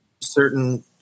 certain